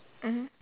mmhmm